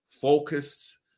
focused